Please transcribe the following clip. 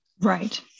Right